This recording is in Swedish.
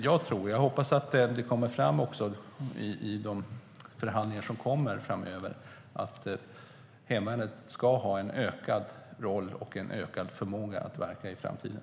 Jag hoppas att det kommer fram i de kommande förhandlingarna att hemvärnet ska få en ökad roll och förmåga att verka i framtiden.